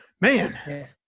Man